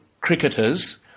cricketers